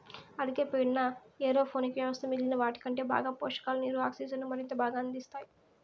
అధిక పీడన ఏరోపోనిక్ వ్యవస్థ మిగిలిన వాటికంటే బాగా పోషకాలు, నీరు, ఆక్సిజన్ను మరింత బాగా అందిస్తాయి